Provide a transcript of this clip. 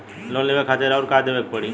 Loan लेवे खातिर अउर का देवे के पड़ी?